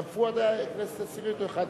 גם פואד היה בכנסת העשירית, או באחת-עשרה?